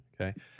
Okay